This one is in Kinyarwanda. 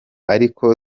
aliko